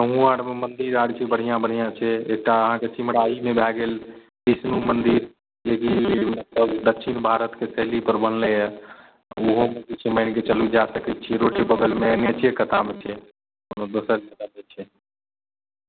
गाँवओ आरमे मन्दिर आर छै बढ़िआँ बढ़िआँ छै एकटा अहाँके सिमराहीमे भए गेल विष्णु मन्दिर जे कि दक्षिण भारतके शैलीपर बनलैए ओहोमे जे छै मानि कऽ चलू जाय सकै छियै रोडे बगलमे एन एच ए कतामे छै कोनो दोसर छै